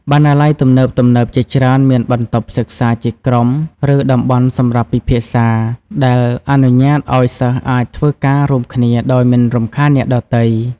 បណ្ណាល័យទំនើបៗជាច្រើនមានបន្ទប់សិក្សាជាក្រុម ឬតំបន់សម្រាប់ពិភាក្សា ដែលអនុញ្ញាតឲ្យសិស្សអាចធ្វើការរួមគ្នាដោយមិនរំខានអ្នកដទៃ។